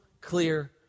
clear